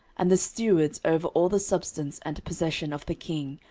and the stewards over all the substance and possession of the king,